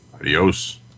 adios